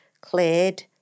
cleared